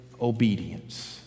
obedience